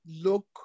look